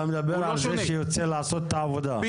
אתה מדבר על מי שיוצא לעשות את העבודה,